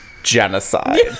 Genocide